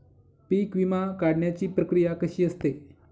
पीक विमा काढण्याची प्रक्रिया कशी असते?